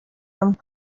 him